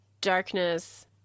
darkness